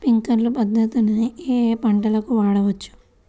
Sprinkler పద్ధతిని ఏ ఏ పంటలకు వాడవచ్చు?